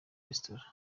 restaurant